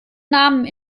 namen